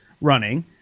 running